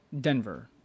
Denver